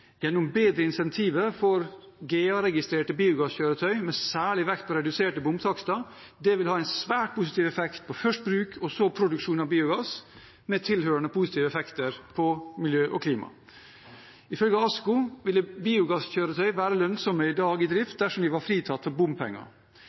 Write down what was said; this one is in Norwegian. gjennom bedre incentiver for GA-registrerte biogasskjøretøy med særlig vekt på reduserte bomtakster vil ha en svært positiv effekt på først bruk og så produksjon av biogass, med tilhørende positive effekter på miljø og klima. Ifølge ASKO ville biogasskjøretøy være lønnsomme i drift i dag dersom de var fritatt for bompenger. Biogassmarkedet er i